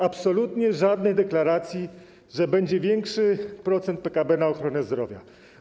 Absolutnie żadnej deklaracji, że będzie większy procent PKB na ochronę zdrowia.